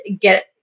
get